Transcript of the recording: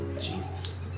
Jesus